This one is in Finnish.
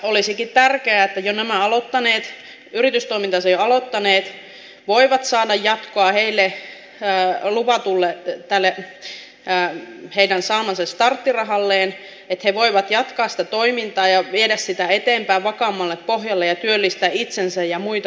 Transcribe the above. olisikin tärkeää että nämä yritystoimintansa jo aloittaneet voivat saada jatkoa tälle heidän saamallensa starttirahalle että he voivat jatkaa sitä toimintaa ja viedä sitä eteenpäin vakaammalle pohjalle ja työllistää itsensä ja muita työntekijöitä